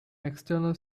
external